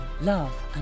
love